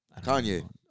Kanye